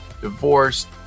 divorced